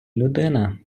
людина